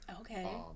Okay